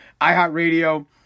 iHeartRadio